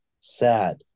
sad